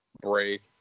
break